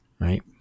Right